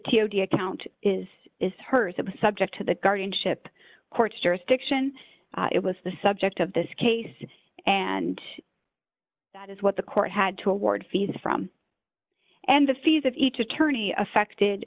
the account is is her subject to the guardianship court's jurisdiction it was the subject of this case and that is what the court had to award fees from and the fees of each attorney affected